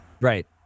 Right